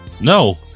no